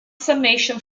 summation